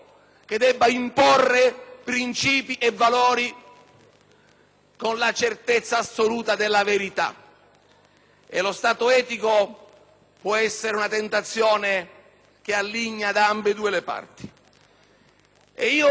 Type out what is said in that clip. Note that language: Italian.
con la certezza assoluta della verità. E lo Stato etico può essere una tentazione che alligna da ambedue le parti. E sono molto fiducioso che anche chi